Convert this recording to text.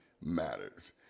matters